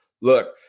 Look